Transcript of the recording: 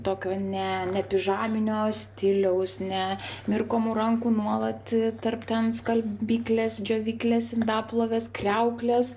tokio ne ne pižaminio stiliaus ne mirkomų rankų nuolat tarp ten skalbyklės džiovyklės indaplovės kriauklės